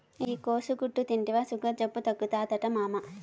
ఈ కోసుగడ్డ తింటివా సుగర్ జబ్బు తగ్గుతాదట మామా